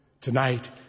Tonight